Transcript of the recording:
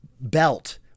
belt